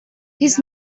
his